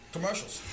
Commercials